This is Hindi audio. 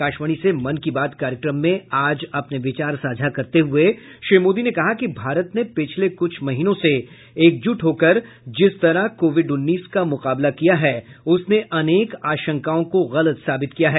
आकाशवाणी से मन की बात कार्यक्रम में आज अपने विचार साझा करते हये श्री मोदी ने कहा कि भारत ने पिछले कुछ महीनों से एकजुट होकर जिस तरह कोविड उन्नीस का मुकाबला किया है उसने अनेक आशंकाओं को गलत साबित किया है